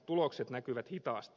tulokset näkyvät hitaasti